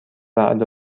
رعد